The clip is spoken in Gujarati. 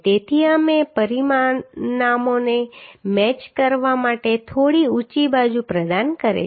તેથી અમે પરિણામોને મેચ કરવા માટે થોડી ઊંચી બાજુ પ્રદાન કરી છે